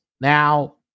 Now